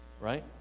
right